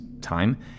time